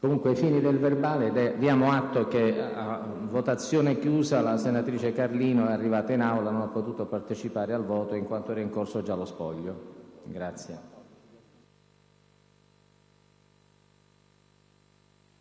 Ai fini del verbale, diamo atto che a votazione chiusa la senatrice Carlino è arrivata in Aula, ma non ha potuto partecipare al voto in quanto era già in corso il computo dei